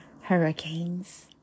hurricanes